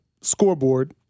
scoreboard